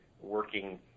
working